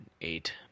eight